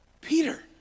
Peter